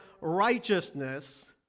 righteousness